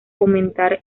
fomentar